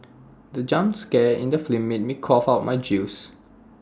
the jump scare in the film made me cough out my juice